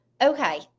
okay